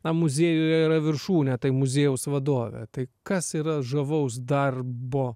muziejuje yra viršūnė tai muziejaus vadovė tai kas yra žavaus darbo